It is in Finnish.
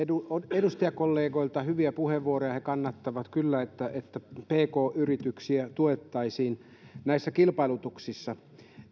edustajakollegoilta hyviä puheenvuoroja he kannattavat kyllä sitä että pk yrityksiä tuettaisiin näissä kilpailutuksissa